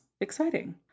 exciting